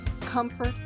comfort